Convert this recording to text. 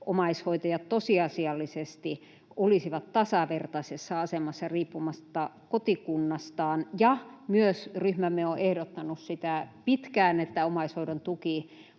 omaishoitajat tosiasiallisesti olisivat tasavertaisessa asemassa riippumatta kotikunnastaan, ja ryhmämme myös on ehdottanut pitkään sitä, että omaishoidon tuki